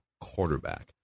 quarterback